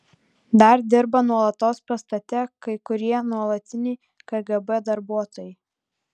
dar dirba nuolatos pastate kai kurie nuolatiniai kgb darbuotojai